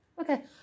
Okay